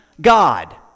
God